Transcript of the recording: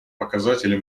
показатели